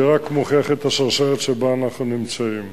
זה רק מוכיח את השרשרת שבה אנחנו נמצאים.